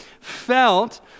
felt